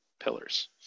pillars